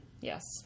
Yes